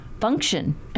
function